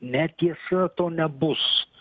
netiesa to nebus